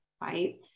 right